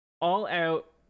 all-out